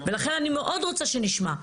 ולכן אני מאוד רוצה שנשמע.